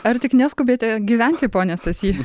ar tik neskubate gyventi pone stasy